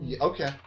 Okay